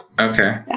okay